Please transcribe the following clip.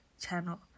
channel